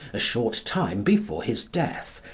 a short time before his death,